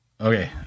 Okay